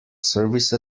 service